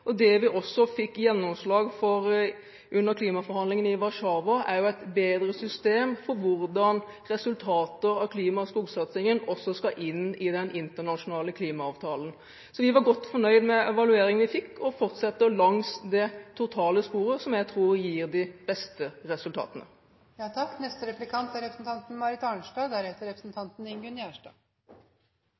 og vi har også fokus på urfolks rettigheter. Det er nettopp den totale tilnærmingen som gir gode resultater. Vi fikk også under klimaforhandlingene i Warszawa gjennomslag for et bedre system for hvordan resultater av klima- og skogsatsingen skal inn i den internasjonale klimaavtalen. Så vi var godt fornøyd med den evalueringen vi fikk, og vi fortsetter langs dette sporet som jeg tror gir de beste resultatene.